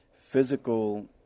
physical